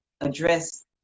address